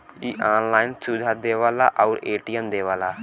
इ ऑनलाइन सुविधा देवला आउर ए.टी.एम देवला